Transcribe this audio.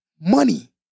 money